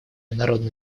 народно